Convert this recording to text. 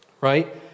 right